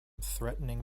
threatening